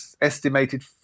estimated